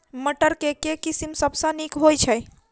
मटर केँ के किसिम सबसँ नीक होइ छै?